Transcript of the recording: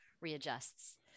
readjusts